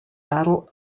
battle